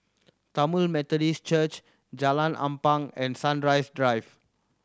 Tamil Methodist Church Jalan Ampang and Sunrise Drive